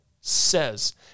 says